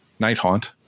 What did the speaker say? Nighthaunt